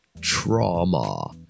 Trauma